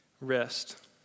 rest